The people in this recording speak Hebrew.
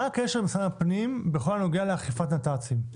מה הקשר של משרד הפנים בכל הנוגע לאכיפת נת"צים?